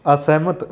ਅਸਹਿਮਤ